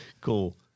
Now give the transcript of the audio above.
Cool